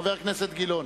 חבר הכנסת גילאון.